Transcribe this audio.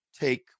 take